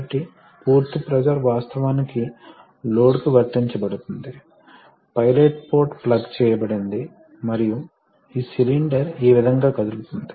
కాబట్టి తిరిగి రిజర్వాయర్ యొక్క విధులు చూపించబడటం మీరు చూస్తారు కాబట్టి హైడ్రాలిక్ సిస్టమ్ లలో ఇది ఒక బఫెల్ అని పిలుస్తారు